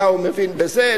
מה הוא מבין בזה,